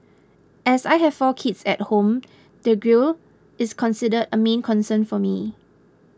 as I have four kids at home the grille is considered a main concern for me